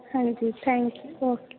ਹਾਂਜੀ thank you okay